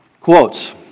Quotes